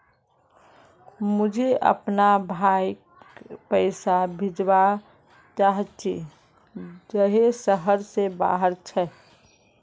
मुई अपना भाईक पैसा भेजवा चहची जहें शहर से बहार छे